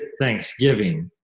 thanksgiving